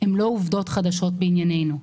הן לא עובדות חדשות בעניינו.